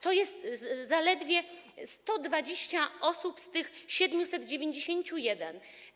To jest zaledwie 120 osób z tych 791.